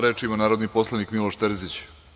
Reč ima narodni poslanik Miloš Terzić.